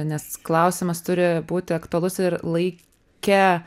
nes klausimas turi būti aktualus ir laike